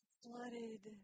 flooded